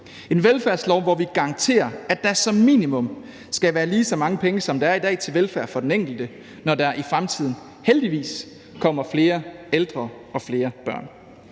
en velfærdslov, hvor vi garanterer, at der som minimum skal være lige så mange penge, som der er i dag, til velfærd for den enkelte, når der i fremtiden heldigvis kommer flere ældre og flere børn.